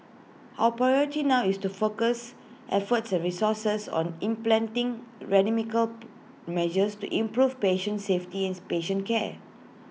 our priority now is to focus efforts and resources on implanting measures to improve patient safety and patient care